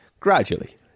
gradually